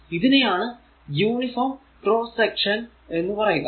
ഇതിനെയാണ് uniform cross section എന്ന് പറയുക